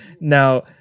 Now